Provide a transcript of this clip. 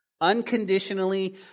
Unconditionally